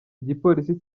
igipolisi